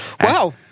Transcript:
wow